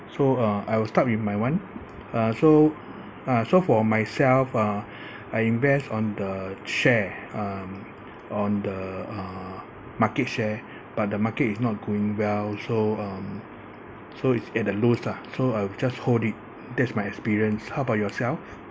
so uh I will start with my one uh so uh so for myself uh I invest on the share uh on the uh market share but the market is not going well so um so it's at the lowest lah so I'll just hold it that's my experience how about yourself